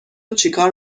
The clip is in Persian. چیکار